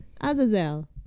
Azazel